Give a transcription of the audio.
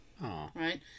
right